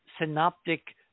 synoptic